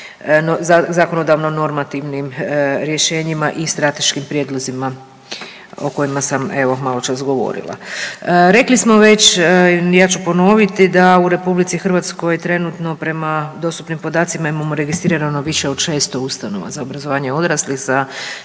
zakonodavno normativnim rješenjima i strateškim prijedlozima o kojima sam evo maločas govorila. Rekli smo već, ja ću ponoviti da u RH trenutno prema dostupnim podacima imamo registrirano više od 600 ustanova za obrazovanje odraslih